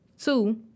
Two